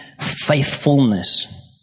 faithfulness